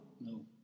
No